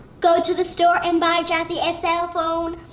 go to the store and buy jazzy a cell phone,